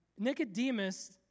Nicodemus